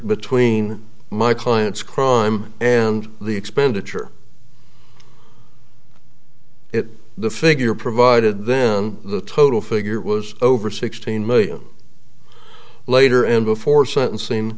between my client's crime and the expenditure it the figure provided then the total figure was over sixteen million later and before sentencing